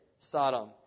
Sodom